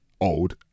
old